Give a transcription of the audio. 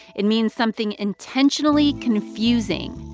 it means something intentionally confusing.